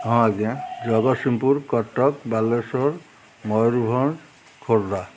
ହଁ ଆଜ୍ଞା ଜଗତସିଂହପୁର କଟକ ବାଲେଶ୍ୱର ମୟୂରଭଞ୍ଜ ଖୋର୍ଦ୍ଧା